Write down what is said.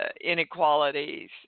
inequalities